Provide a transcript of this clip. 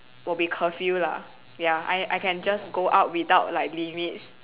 will be curfew lah ya I I can just go out without like limits